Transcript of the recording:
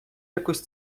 якось